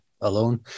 alone